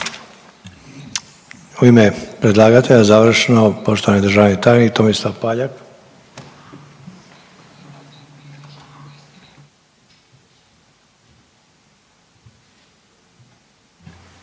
U ime predlagatelja završno poštovani državni tajnik Tomislav Paljak.